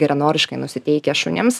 geranoriškai nusiteikę šunims